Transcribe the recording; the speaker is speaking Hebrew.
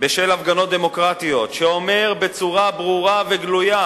בשל הפגנות דמוקרטיות, אומר בצורה ברורה וגלויה